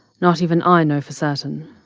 not even i know for certain.